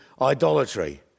idolatry